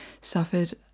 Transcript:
suffered